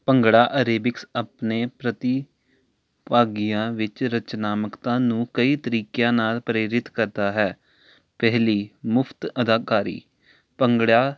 bhangra aerobics ਆਪਣੇ ਪ੍ਰਤੀਭਾਗੀਆਂ ਵਿੱਚ ਰਚਨਾਮਕਤਾ ਨੂੰ ਕਈ ਤਰੀਕਿਆਂ ਨਾਲ ਪ੍ਰੇਰਿਤ ਕਰਦਾ ਹੈ ਪਹਿਲੀ ਮੁਫ਼ਤ ਅਦਾਕਾਰੀ ਭੰਗੜਾ